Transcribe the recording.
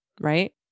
right